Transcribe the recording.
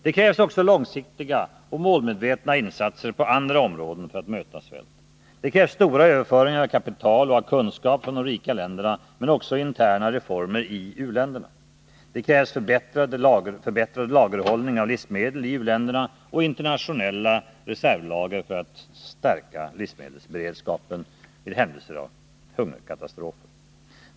Det krävs också långsiktiga och målmedvetna insatser på andra områden för att möta svälten. Det krävs stora överföringar av kapital och av kunskap från de rika länderna, men också interna reformer i u-länderna. Det krävs förbättrad lagerhållning av livsmedel i u-länderna och internationella reservlager för att stärka livsmedelsberedskapen i händelse av hungerkatastrof.